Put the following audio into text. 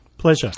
Pleasure